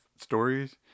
stories